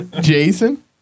Jason